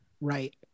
Right